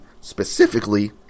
specifically